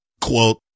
Quote